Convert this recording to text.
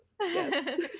Yes